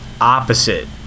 Opposite